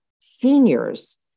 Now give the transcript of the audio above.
seniors